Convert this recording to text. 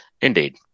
Indeed